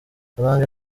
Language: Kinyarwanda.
solange